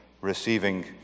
receiving